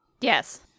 Yes